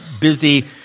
busy